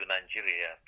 Nigeria